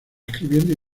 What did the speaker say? escribiendo